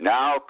Now